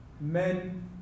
men